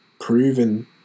proven